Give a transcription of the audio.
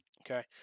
okay